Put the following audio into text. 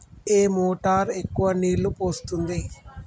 ఏ motor ఎక్కువ నీళ్లు పోస్తుంది?